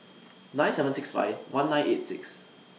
nine seven six five one nine eight six